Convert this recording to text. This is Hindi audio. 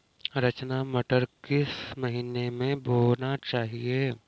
रचना मटर किस महीना में बोना चाहिए?